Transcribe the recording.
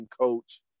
coach